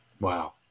Wow